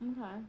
Okay